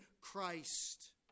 Christ